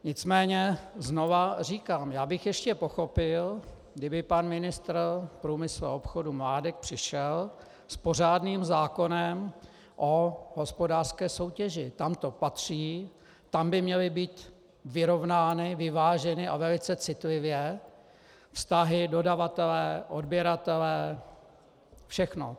Nicméně znovu říkám já bych ještě pochopil, kdyby pan ministr průmyslu a obchodu Mládek přišel s pořádným zákonem o hospodářské soutěži, tam to patří, tam by měly být vyrovnány, vyváženy, a velice citlivě, vztahy dodavatele, odběratele, všechno.